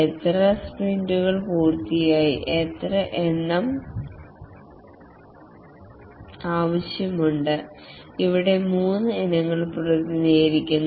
എത്ര സ്പ്രിന്റുകൾ പൂർത്തിയാക്കി എത്ര എണ്ണം ആവശ്യമുണ്ട് ഇവിടെ 3 ഇനങ്ങൾ പ്രതിനിധീകരിക്കുന്നു